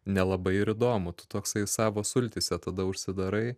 nelabai ir įdomu tu toksai savo sultyse tada užsidarai